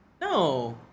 No